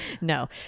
no